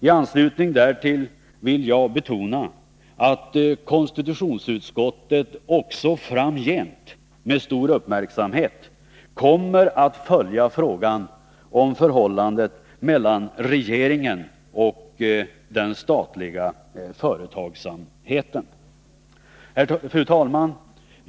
I anslutning därtill vill jag betona att konstitutionsutskottet också framgent med stor uppmärksamhet kommer att följa frågan om förhållandet mellan regeringen och den statliga företagsamheten. Fru talman!